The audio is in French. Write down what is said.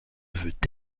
veut